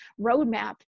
roadmap